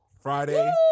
Friday